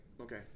okay